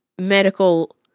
medical